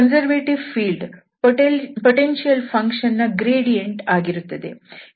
conservative field potential function ನ gradient ಆಗಿರುತ್ತದೆ